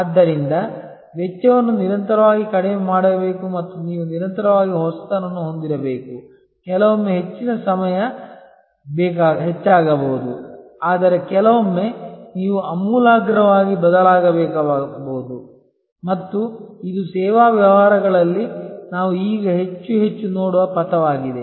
ಆದ್ದರಿಂದ ವೆಚ್ಚವನ್ನು ನಿರಂತರವಾಗಿ ಕಡಿಮೆ ಮಾಡಬೇಕು ಮತ್ತು ನೀವು ನಿರಂತರವಾಗಿ ಹೊಸತನವನ್ನು ಹೊಂದಿರಬೇಕು ಕೆಲವೊಮ್ಮೆ ಹೆಚ್ಚಿನ ಸಮಯ ಹೆಚ್ಚಾಗಬಹುದು ಆದರೆ ಕೆಲವೊಮ್ಮೆ ನೀವು ಆಮೂಲಾಗ್ರವಾಗಿ ಬದಲಾಗಬೇಕಾಗಬಹುದು ಮತ್ತು ಇದು ಸೇವಾ ವ್ಯವಹಾರಗಳಲ್ಲಿ ನಾವು ಈಗ ಹೆಚ್ಚು ಹೆಚ್ಚು ನೋಡುವ ಪಥವಾಗಿದೆ